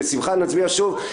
נצביע שוב בשמחה.